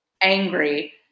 angry